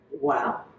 Wow